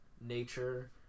nature